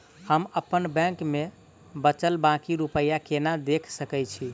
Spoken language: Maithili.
हम अप्पन बैंक मे बचल बाकी रुपया केना देख सकय छी?